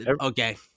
okay